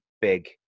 big